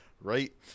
right